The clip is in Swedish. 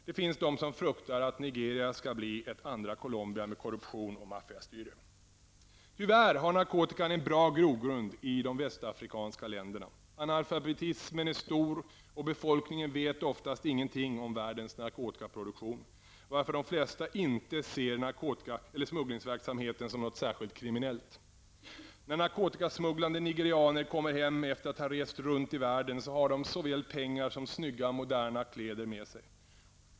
Det finns de som fruktar att Nigeria skall bli ett andra Colombia med korruption och maffiastyre. Tyvärr har narkotikan en bra grogrund i de västafrikanska länderna. Analfabetismen är stor och befolkningen vet oftast ingenting om världens narkotikaproblem, varför de flesta inte ser smugglingsverksamheten som något särskilt kriminellt. När narkotikasmugglande nigerianer kommer hem efter att ha rest runt i världen har de såväl pengar som snygga, moderna kläder med sig.